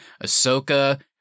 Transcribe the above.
Ahsoka